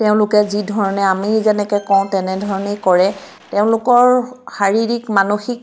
তেওঁলোকে যি ধৰণে আমি যেনেকৈ কওঁ তেনেধৰণেই কৰে তেওঁলোকৰ শাৰীৰিক মানসিক